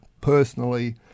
personally